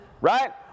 right